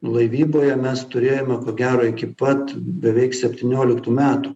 laivyboje mes turėjome ko gero iki pat beveik septynioliktų metų